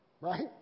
Right